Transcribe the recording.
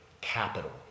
capital